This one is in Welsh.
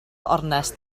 ornest